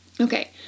Okay